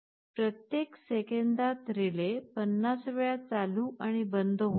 प्रत्येक सेकंदात रिले 50 वेळा चालू आणि बंद होत आहे